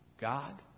God